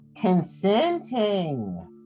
consenting